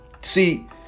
See